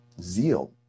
Zeal